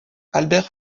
albert